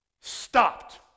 stopped